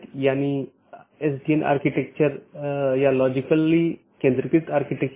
BGP version 4 में बड़ा सुधार है कि यह CIDR और मार्ग एकत्रीकरण को सपोर्ट करता है